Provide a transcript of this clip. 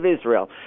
Israel